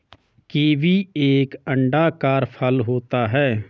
kiwi एक अंडाकार फल होता है